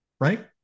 right